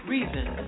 Reason